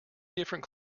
different